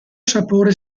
sapore